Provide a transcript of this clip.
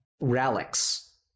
relics